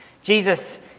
Jesus